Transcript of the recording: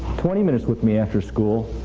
twenty minutes with me after school.